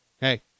Hey